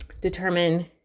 determine